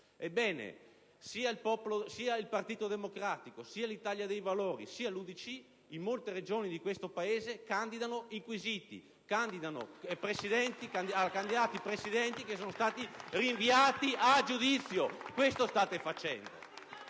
ebbene, sia il Partito Democratico, sia l'Italia dei Valori, sia l'UDC in molte Regioni di questo Paese candidano inquisiti e hanno candidati Presidenti che sono stati rinviati a giudizio. *(Applausi dal